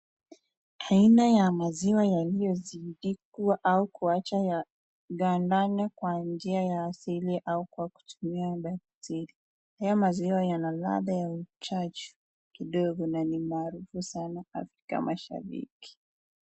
Aina maziwa yaliyozindikwa au kuachwa yagandane kwa njia ya asili au kwa kutumia batili. Hata maziwa Yana ladha ya uchachu na ni maarufu sana katika maisha yetu.